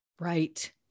Right